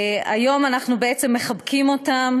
היום אנחנו בעצם מחבקים אותם